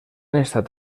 estat